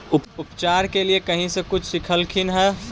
उपचार के लीये कहीं से कुछ सिखलखिन हा?